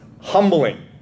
humbling